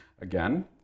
again